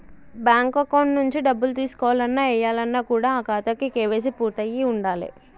bank account నుంచి డబ్బులు తీసుకోవాలన్న, ఏయాలన్న కూడా ఆ ఖాతాకి కేవైసీ పూర్తయ్యి ఉండాలే